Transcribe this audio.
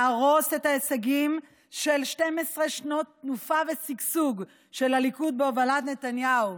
להרוס את ההישגים של 12 שנות תנופה ושגשוג של הליכוד בהובלת נתניהו,